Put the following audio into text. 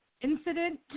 incident